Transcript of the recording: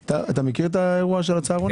אתה מכיר את האירוע של הצהרונים?